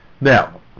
Now